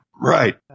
Right